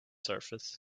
surface